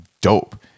dope